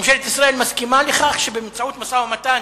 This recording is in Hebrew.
ממשלת ישראל מסכימה לכך שבאמצעות משא-ומתן